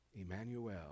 Emmanuel